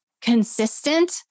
consistent